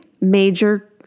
major